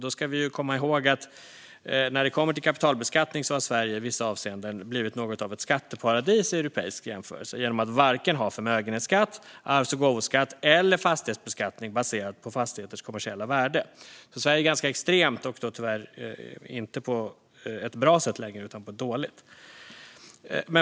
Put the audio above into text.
Då ska vi komma ihåg att Sverige när det kommer till kapitalbeskattning i vissa avseenden har blivit något av ett skatteparadis i europeisk jämförelse genom att varken ha förmögenhetsskatt, arvs och gåvoskatt eller fastighetsbeskattning baserad på fastigheters kommersiella värde. Sverige är ganska extremt, och då tyvärr inte längre på ett bra sätt utan på ett dåligt.